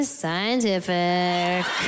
scientific